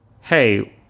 Hey